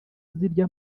zirya